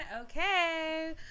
Okay